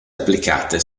applicate